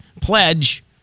Pledge